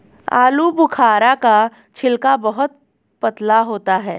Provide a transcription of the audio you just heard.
आलूबुखारा का छिलका बहुत पतला होता है